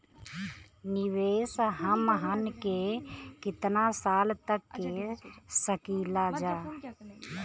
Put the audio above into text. निवेश हमहन के कितना साल तक के सकीलाजा?